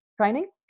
training